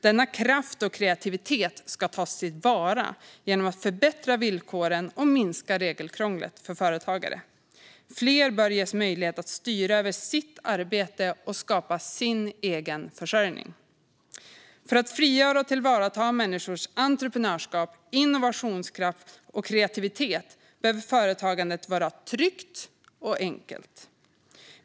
Denna kraft och kreativitet ska vi ta till vara genom att förbättra villkoren och minska regelkrånglet för företagare. Fler bör ges möjlighet att styra över sitt arbete och skapa sin egen försörjning. För att frigöra och tillvarata människors entreprenörskap, innovationskraft och kreativitet behöver företagandet vara tryggt och enkelt.